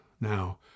now